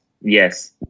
Yes